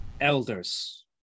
elders